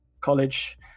college